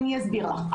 אני אסביר לך.